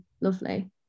lovely